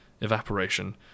evaporation